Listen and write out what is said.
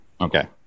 Okay